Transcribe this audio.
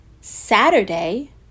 Saturday